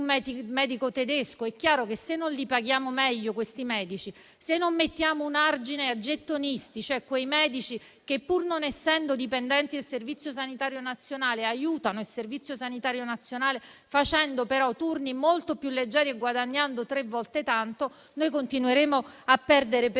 medico tedesco. È chiaro che, se non paghiamo meglio questi medici, se non mettiamo un argine ai gettonisti, cioè a quei medici che, pur non essendo dipendenti del Servizio sanitario nazionale, lo aiutano facendo turni molto più leggeri e guadagnando tre volte tanto, noi continueremo a perdere